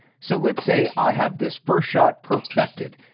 so let's say i have this first shot perfected.